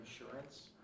insurance